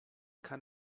kann